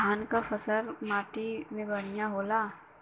धान क फसल कवने माटी में बढ़ियां होला?